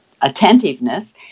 attentiveness